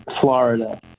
Florida